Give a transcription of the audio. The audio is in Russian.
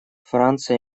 франция